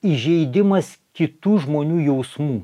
įžeidimas kitų žmonių jausmų